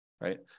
right